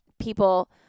people